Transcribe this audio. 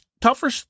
tougher